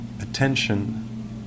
attention